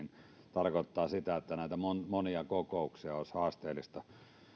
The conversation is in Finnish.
tarkoittaa sitä että monia kokouksia olisi haasteellista